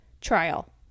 trial